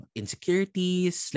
insecurities